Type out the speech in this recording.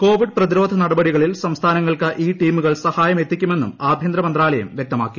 Covid പ്രതിരോധ നടപടികളിൽ സംസ്ഥാനങ്ങൾക്ക് ടീമുകൾ സഹായം എത്തിക്കുമെന്നും ആഭ്യന്തര മന്ത്രാലയം വ്യക്തമാക്കി